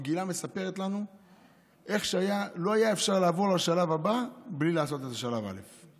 המגילה מספרת לנו איך לא היה אפשר לעבור לשלב הבא בלי לעשות את שלב א'.